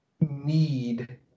need